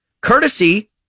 courtesy